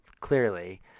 Clearly